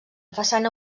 façana